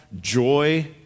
joy